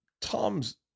Tom's